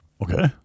Okay